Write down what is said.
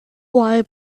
why